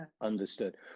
understood